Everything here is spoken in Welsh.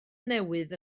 newydd